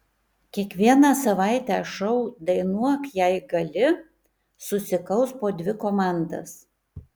kiekvieną savaitę šou dainuok jei gali susikaus po dvi komandas